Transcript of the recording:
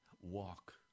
walk